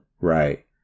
right